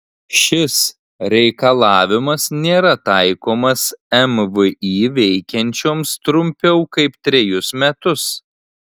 šis reikalavimas nėra taikomas mvį veikiančioms trumpiau kaip trejus metus